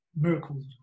miracles